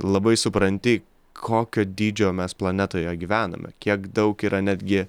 labai supranti kokio dydžio mes planetoje gyvename kiek daug yra netgi